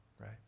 right